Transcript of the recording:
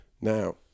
Now